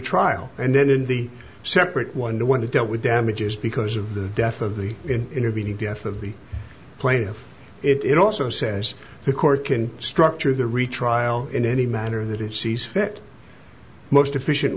trial and then in the separate one the one that dealt with damages because of the death of the intervening death of the plaintiff it also says the court can structure the retrial in any manner that it sees fit most efficient